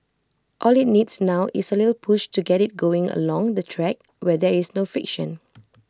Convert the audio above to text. all IT needs now is A little push to get IT going along the track where there is no friction